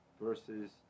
versus